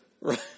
Right